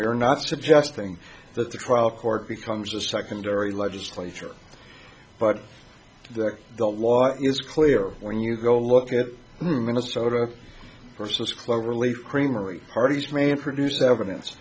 we're not suggesting that the trial court becomes a secondary legislature but that the law is clear when you go look at minnesota versus cloverleaf creamery parties may introduce evidence